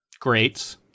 greats